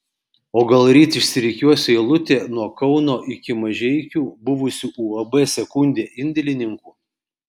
o gal ryt išsirikiuos eilutė nuo kauno iki mažeikių buvusių uab sekundė indėlininkų